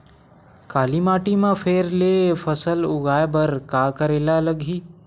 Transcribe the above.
काली माटी म फेर ले फसल उगाए बर का करेला लगही?